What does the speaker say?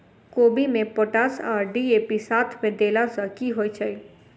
कोबी मे पोटाश आ डी.ए.पी साथ मे देला सऽ की होइ छै?